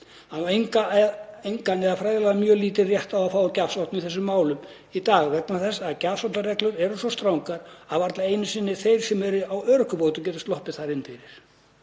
Hann á engan eða fræðilega mjög lítinn rétt á að fá gjafsókn í þessum málum í dag vegna þess að gjafsóknarreglur eru svo strangar að varla einu sinni þeir sem eru á örorkubótum geta sloppið þar inn fyrir.